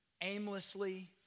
aimlessly